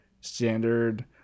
standard